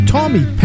Tommy